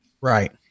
Right